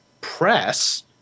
press